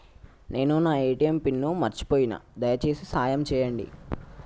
నేను నా ATM pin మర్చిపోయిన, దయచేసి సాయం చేయండి